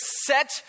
set